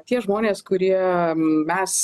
tie žmonės kuriem mes